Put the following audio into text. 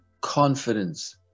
confidence